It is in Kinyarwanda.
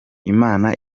imana